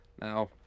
Now